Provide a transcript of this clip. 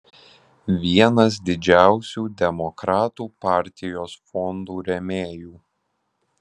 vienas didžiausių demokratų partijos fondų rėmėjų